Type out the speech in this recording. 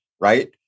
right